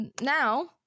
now